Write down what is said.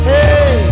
Hey